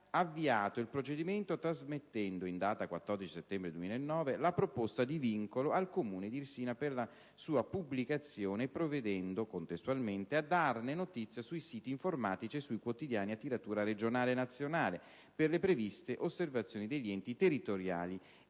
avviato il procedimento trasmettendo, in data 14 settembre 2009, la proposta di vincolo al Comune di Irsina per la sua pubblicazione e provvedendo, contestualmente, a darne notizia sui siti informatici e sui quotidiani a tiratura regionale e nazionale per le previste osservazioni degli enti territoriali